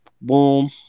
boom